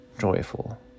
joyful